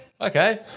okay